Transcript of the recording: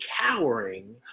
cowering